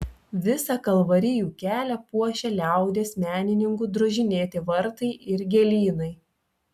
visą kalvarijų kelią puošia liaudies menininkų drožinėti vartai ir gėlynai